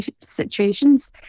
situations